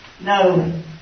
no